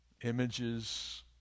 images